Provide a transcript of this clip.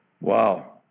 Wow